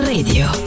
Radio